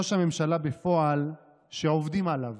ראש הממשלה בפועל, שעובדים עליו.